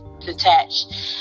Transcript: Detached